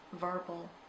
verbal